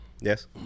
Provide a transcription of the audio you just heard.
Yes